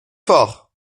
fort